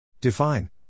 Define